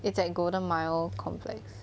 it's at golden mile complex